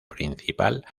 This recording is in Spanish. principal